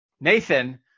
Nathan